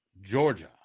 Georgia